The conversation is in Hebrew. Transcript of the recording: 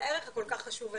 לערך הכול כך חשוב הזה,